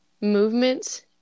movements